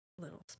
little